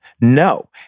no